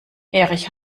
erich